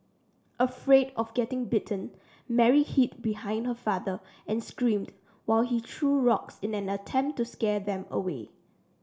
afraid of getting bitten Mary hid behind her father and screamed while he threw rocks in an attempt to scare them away